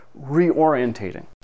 reorientating